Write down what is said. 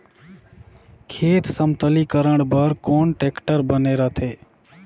खेत समतलीकरण बर कौन टेक्टर बने रथे?